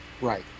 Right